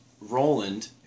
Roland